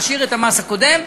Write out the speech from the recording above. נשאיר את המס הקודם,